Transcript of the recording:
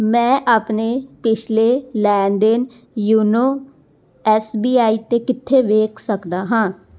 ਮੈਂ ਆਪਣੇ ਪਿਛਲੇ ਲੈਣ ਦੇਣ ਯੋਨੋ ਐਸ ਬੀ ਆਈ 'ਤੇ ਕਿੱਥੇ ਵੇਖ ਸਕਦਾ ਹਾਂ